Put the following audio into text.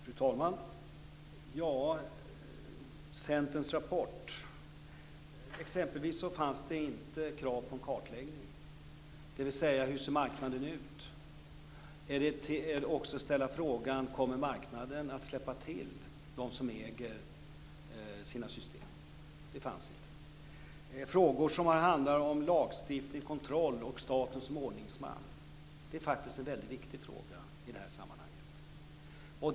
Fru talman! I Centerns rapport finns t.ex. inte krav på en kartläggning - något om hur marknaden ser ut - eller någon fråga om marknaden kommer att släppa till dem som äger sina system. Frågor som handlar om lagstiftning, om kontroll och om staten som ordningsman är faktiskt väldigt viktiga i det här sammanhanget.